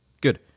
good